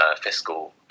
fiscal